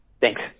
Thanks